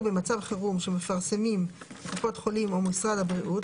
במצב חירום שמפרסמים קופות החולים או משרד הבריאות,